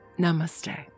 Namaste